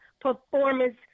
performance